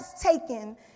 taken